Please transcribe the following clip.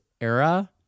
era